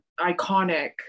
iconic